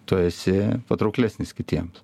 tu esi patrauklesnis kitiems